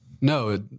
No